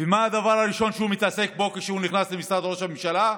ומה הדבר הראשון שהוא מתעסק בו כשהוא נכנס למשרד ראש הממשלה?